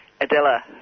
Adela